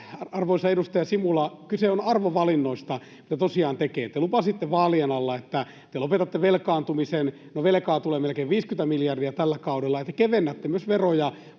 Arvoisa edustaja Simula, kyse on arvovalinnoista, mitä tosiaan tekee. Te lupasitte vaalien alla, että te lopetatte velkaantumisen. No, velkaa tulee melkein 50 miljardia tällä kaudella, ja te myös